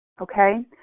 okay